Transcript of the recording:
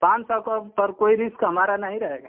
पाँच सौ का पर कोई रिस्क हमारा नहीं रहेगा